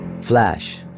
Flash